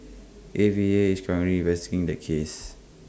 A V A is currently investing the case